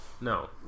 No